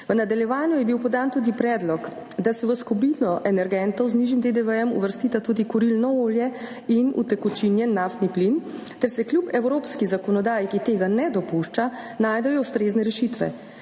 V nadaljevanju je bil podan tudi predlog, da se v skupino energentov z nižjim DDV uvrstita tudi kurilno olje in utekočinjen naftni plin ter se kljub evropski zakonodaji, ki tega ne dopušča, najdejo ustrezne rešitve.